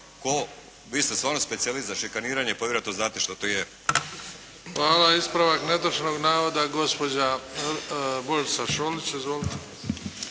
Vi ste stvarno specijalist za šikaniranje pa vjerojatno znate šta to je. **Bebić, Luka (HDZ)** Hvala. Ispravak netočnog navoda gospođa Božica Šolić. Izvolite.